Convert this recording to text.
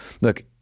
look